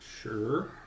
Sure